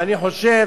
ואני חושב